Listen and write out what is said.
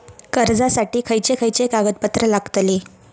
कर्जासाठी खयचे खयचे कागदपत्रा लागतली?